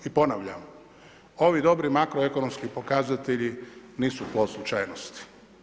I ponavljam, ovi dobri makroekonomski pokazatelji nisu plod slučajnosti.